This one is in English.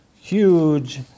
huge